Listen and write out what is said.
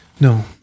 No